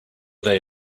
they